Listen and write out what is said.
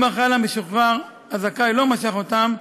אם החייל המשוחרר הזכאי לא משך אותם,